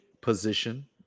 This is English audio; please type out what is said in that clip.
position